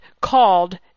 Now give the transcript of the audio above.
called